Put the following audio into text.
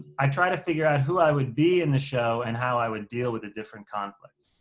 i try to figure out who i would be in the show and how i would deal with a different conflict.